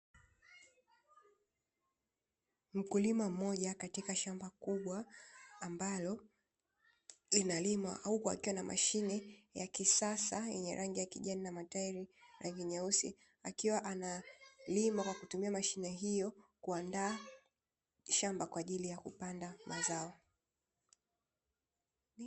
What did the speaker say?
Mkulima mmoja katika shamba kubwa ambalo linalima, huku akiwa na mashine ya kisasa yenye rangi ya kijani na matairi ya rangi nyeusi, akiwa analima kwa kutumia mashine hiyo kuandaa shamba kwa ajili ya kupanda mazao.